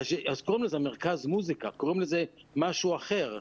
אז קוראים לזה מרכז מוסיקה, קוראים לזה משהו אחר.